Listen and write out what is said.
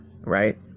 Right